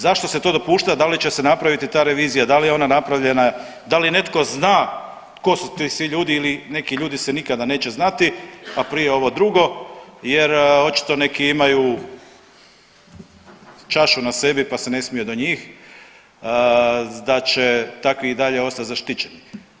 Zašto se to dopušta, da li će se napraviti ta revizija, da li je ona napravljena, da li netko zna tko su to svi ljudi ili neki se ljudi se nikada neće znati, a prije ovo drugo jer očito neki imaju čašu na sebi pa se ne smije do njih da će takvi i dalje ostati zaštićeni.